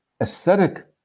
aesthetic